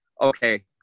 okay